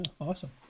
Awesome